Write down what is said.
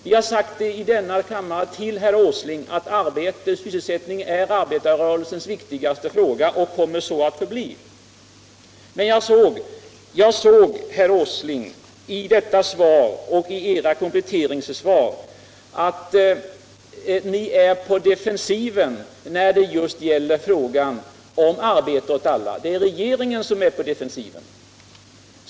Vi har i denna kammare till herr Åsling sagt att sysselsättning är arbetarrörelsens viktigaste fråga och kommer så att förbli. Men jag såg, herr Åsling, i detta svar och i era kompletteringssvar att ni är på defensiven just när det gäller frågan om arbete åt alla. Det är regeringen som är på defensiven.